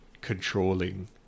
controlling